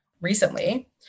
recently